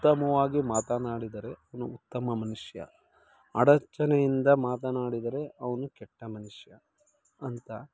ಉತ್ತಮವಾಗಿ ಮಾತನಾಡಿದರೆ ಅವನು ಉತ್ತಮ ಮನುಷ್ಯ ಅಡಚಣೆಯಿಂದ ಮಾತನಾಡಿದರೆ ಅವನು ಕೆಟ್ಟ ಮನುಷ್ಯ ಅಂತ